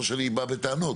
ולא שאני בא בטענות.